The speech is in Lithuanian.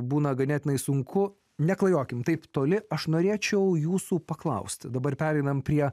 būna ganėtinai sunku neklajokim taip toli aš norėčiau jūsų paklausti dabar pereiname prie